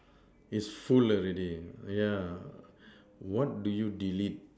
is full already yeah what do you delete